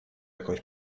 jakąś